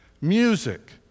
music